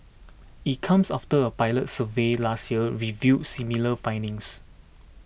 it comes after a pilot survey last year revealed similar findings